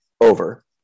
over